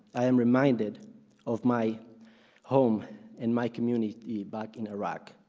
i am reminded of my home and my community back in iraq.